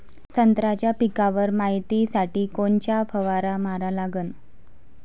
संत्र्याच्या पिकावर मायतीसाठी कोनचा फवारा मारा लागन?